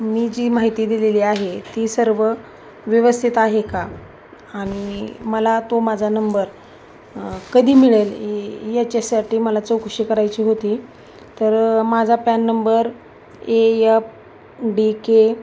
मी जी माहिती दिलेली आहे ती सर्व व्यवस्थित आहे का आणि मला तो माझा नंबर कधी मिळेल याच्यासाठी मला चौकशी करायची होती तर माझा पॅन नंबर आहे यप डी के